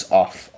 off